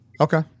Okay